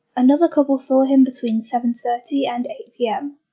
another couple saw him between seven thirty and eight pm.